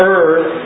earth